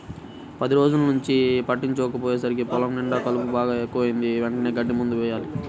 పది రోజుల్నుంచి పట్టించుకోకపొయ్యేసరికి పొలం నిండా కలుపు బాగా ఎక్కువైంది, వెంటనే గడ్డి మందు యెయ్యాల